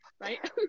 right